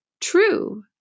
true